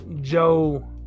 Joe